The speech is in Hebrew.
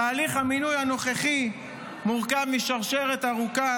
תהליך המינוי הנוכחי מורכב משרשרת ארוכה